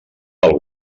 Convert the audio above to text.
pel